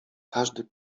każdy